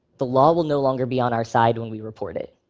the law will no longer be on our side when we report it.